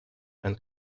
and